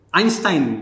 Einstein